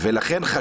לכן,